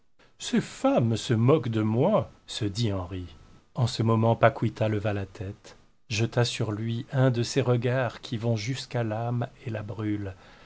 ces femmes se moquent de moi se dit henri en ce moment paquita leva la tête jeta sur lui un de ces regards qui vont jusqu'à l'âme et la brûlent